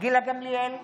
גילה גמליאל,